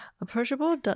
approachable